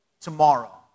tomorrow